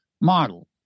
model